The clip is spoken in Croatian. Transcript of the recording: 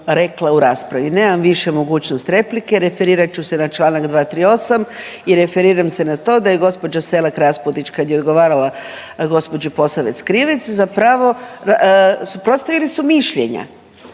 rekla u raspravi. Nemam više mogućnost replike, referirat ću se na čl. 238. i referiram se na to da je gospođa Selak Raspudić kad je odgovarala gospođi Posavec Krivec, zapravo suprotstavili su mišljenja